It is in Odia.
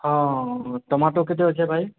ହଁ ଟମାଟୋ କେତେ ଅଛେ ଭାଇ